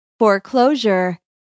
foreclosure